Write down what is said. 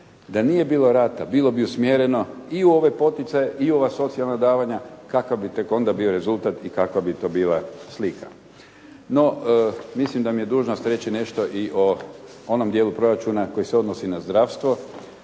Da nije bilo rata, bilo bi usmjereno i u ove poticaje i u ova socijalna davanja, kakav bi tek onda bio rezultat i kakva bi to bila slika? No, mislim da mi je dužnost reći nešto i o onom dijelu proračuna koji se odnosi na zdravstvo.